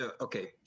Okay